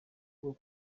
bwo